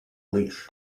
leash